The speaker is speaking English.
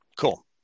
Cool